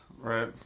Right